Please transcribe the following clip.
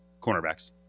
cornerbacks